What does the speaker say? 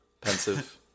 Pensive